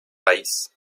país